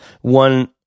one